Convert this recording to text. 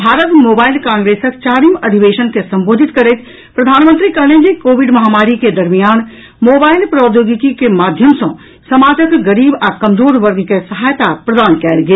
Bharat mobile कांग्रेसक चारिम अधिवेशन के संबोधित करैत प्रधानमंत्री कहलनि जे कोविड महामारी के दरमियान मोबाईल प्रौद्योगिकी के माध्यम सँ समाजक गरीब आ कमजोर वर्ग के सहायता प्रदान कयल गेल